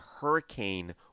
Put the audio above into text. hurricane